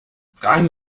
fragen